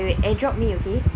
okay wait AirDrop me okay